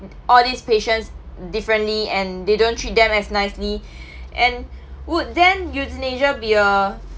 all these patients differently and they don't treat them as nicely and would then euthanasia be a